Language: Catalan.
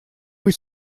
vull